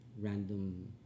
random